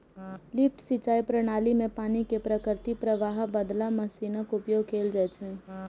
lift सिंचाइ प्रणाली मे पानि कें प्राकृतिक प्रवाहक बदला मशीनक उपयोग कैल जाइ छै